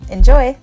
Enjoy